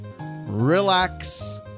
relax